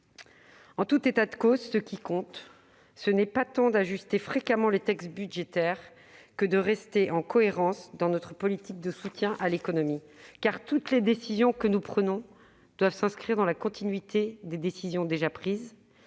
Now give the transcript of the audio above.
En tout état de cause, ce qui compte, c'est non pas tant d'ajuster fréquemment les textes budgétaires que de rester cohérents dans notre politique de soutien à l'économie. En effet, toutes les décisions que nous prenons doivent s'inscrire dans la continuité des décisions déjà prises